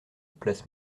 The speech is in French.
place